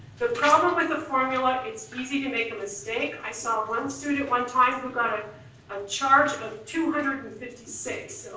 the problem with the formula, it's easy to make a mistake. i saw one student one time who got ah a charge of two hundred and fifty six,